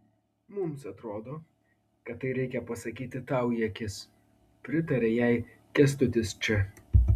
mums atrodo kad tai reikia pasakyti tau į akis pritarė jai kęstutis č